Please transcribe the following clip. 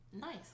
Nice